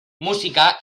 música